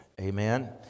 amen